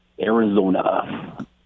Arizona